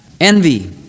Envy